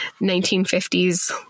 1950s